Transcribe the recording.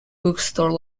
bookstore